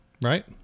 right